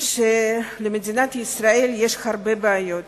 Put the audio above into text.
של מדינת ישראל שיש לה הרבה בעיות,